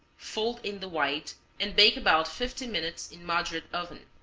fold in the white and bake about fifty minutes in moderate oven.